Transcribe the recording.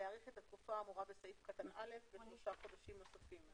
להאריך את התקופה האמורה בסעיף קטן (א) בשלושה חודשים נוספים.